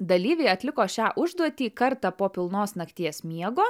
dalyviai atliko šią užduotį kartą po pilnos nakties miego